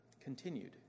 continued